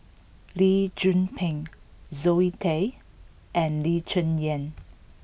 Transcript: Lee Tzu Pheng Zoe Tay and Lee Cheng Yan